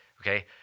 okay